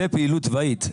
זה פעילות צבאית,